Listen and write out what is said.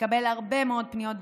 מקבל הרבה מאוד פניות,